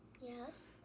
Yes